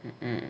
mm